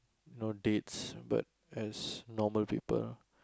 you know dates but as normal people